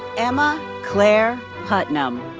emma claire putnam.